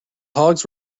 hogs